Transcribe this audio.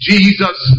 Jesus